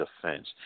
defense